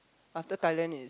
after Thailand is